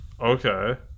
okay